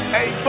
Hey